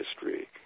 history